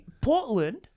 Portland